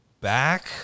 back